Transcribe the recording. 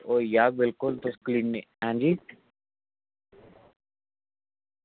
होई जाह्ग बिलकुल तुस क्लीनिंग हां जी